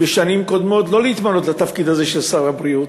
לא להתמנות לתפקיד הזה, של שר הבריאות,